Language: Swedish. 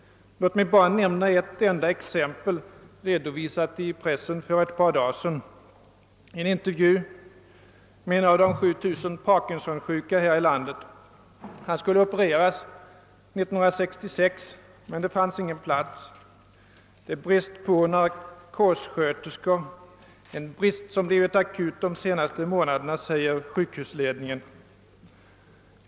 Låt mig nämna bara ett enda exempel, som redovisades i pressen för några dagar sedan. I en intervju med en av de 7 000 personer i vårt land som lider av Parkinsons sjukdom fick vi veta, att denna patient skulle ha opererats 1966 men att det inte funnits någon plats. Det är brist på narkossköterskor, en brist som blivit akut de senaste månaderna, säger sjukhusledningen.